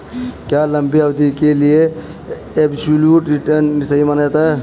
क्या लंबी अवधि के लिए एबसोल्यूट रिटर्न सही माना जाता है?